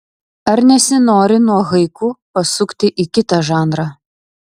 ar nesinori nuo haiku pasukti į kitą žanrą